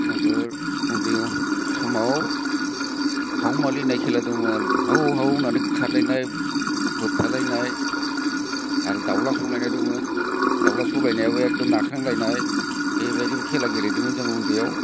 जोंफोर उन्दै समाव हाव मालि होननाय खेला दंमोन हाव हाव होननानै खारलायनाय बोबथालायनाय आरो दाउज्ला सौलायनाय दंमोन दाउज्ला सौलायनायाबो एखदम नाख्रांलायनाय बे बायदिबो खेला गेलेदोंमोन जोङो उन्दैयाव